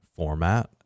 Format